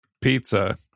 Pizza